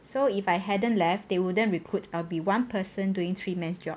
so if I hadn't left they wouldn't recruit I will be one person doing three man job